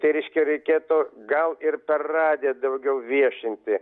tai reiškia reikėtų gal ir per radiją daugiau viešinti